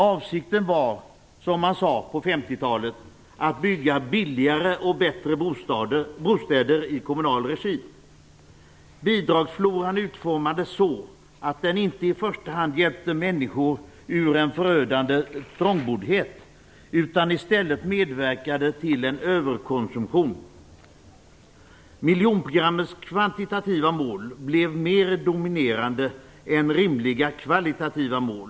Avsikten var att bygga - som det hette på 50-talet - Bidragsfloran utformades så att den inte i första hand hjälpte människor ur en förödande trångboddhet, utan i stället så att den medverkade till en överkonsumtion. Miljonprogrammets kvantitativa mål blev mer dominerande än rimliga kvalitativa mål.